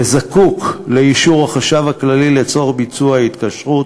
והוא זקוק לאישור החשב הכללי לביצוע התקשרות.